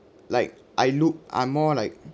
like I look I'm more like